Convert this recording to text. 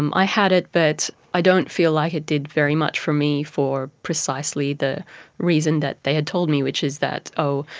um i had it but i don't feel like it did very much for me for precisely the reason that they had told me, which is that, oh,